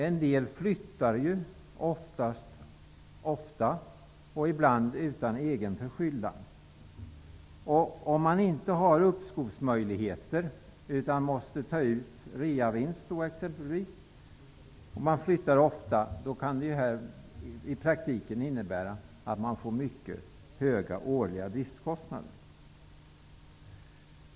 En del flyttar ofta, ibland utan egen förskyllan. Finns det inte uppskovsmöjligheter när man flyttar ofta och reavinsten måste tas ut, kan detta i praktiken innebära mycket höga årliga driftskostnader.